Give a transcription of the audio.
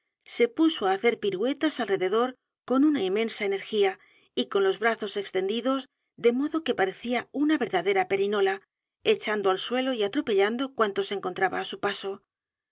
se puso á hacer piruetas alrededor con una inmensa energía y con los brazos extendidos de modo que parecía una verdadera perinola echando al suelo y atrepellando cuantos encontraba á su p